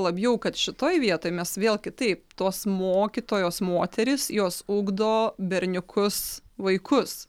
labiau kad šitoj vietoj mes vėl kitaip tos mokytojos moterys jos ugdo berniukus vaikus